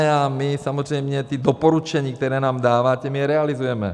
A my samozřejmě ta doporučení, která nám dáváte, my je realizujeme.